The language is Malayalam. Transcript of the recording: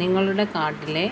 നിങ്ങളുടെ കാട്ടിലെ